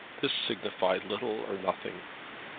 this signified little or nothing.